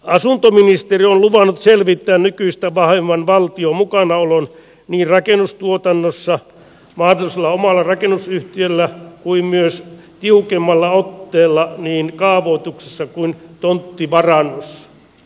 asuntoministeri on luvannut selvittää nykyistä vahvemman valtion mukanaolon niin rakennustuotannossa mahdollisella omalla rakennusyhtiöllä kuin myös tiukemmalla otteella niin kaavoituksessa kuin tonttivarannossakin